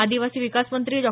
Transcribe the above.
आदिवासी विकास मंत्री डॉ